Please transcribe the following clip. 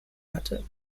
hatte